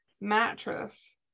mattress